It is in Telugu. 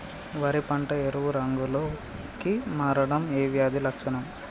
వరి పంట ఎరుపు రంగు లో కి మారడం ఏ వ్యాధి లక్షణం?